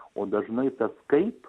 o dažnai tas kaip